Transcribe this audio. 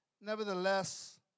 nevertheless